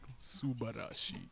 Subarashi